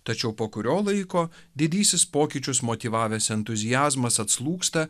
tačiau po kurio laiko didysis pokyčius motyvavęs entuziazmas atslūgsta